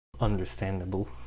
Understandable